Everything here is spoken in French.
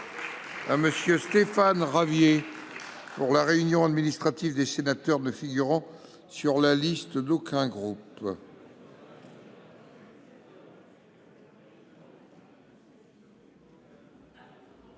à M. Stéphane Ravier, pour la réunion administrative des sénateurs ne figurant sur la liste d'aucun groupe.